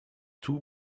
two